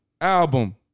album